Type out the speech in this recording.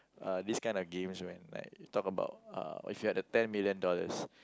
uh these kind of games when like that talk about uh if you had ten million dollars